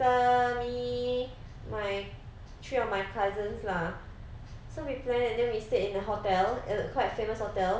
my sister me my three of my cousins lah so we planned and then we stayed in a hotel a quite famous hotel